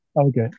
Okay